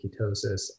ketosis